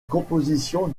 composition